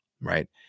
right